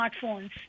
smartphones